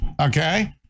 okay